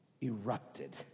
erupted